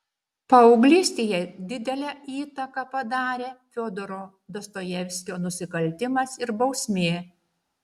paauglystėje didelę įtaką padarė fiodoro dostojevskio nusikaltimas ir bausmė